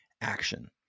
action